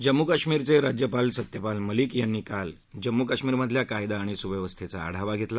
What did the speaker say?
जम्मू कश्मीरचे राज्यपाल सत्यपाल मलिक यांनी काल राज्यातल्या कायदा आणि सुव्यवस्थेचा आढावा घेतला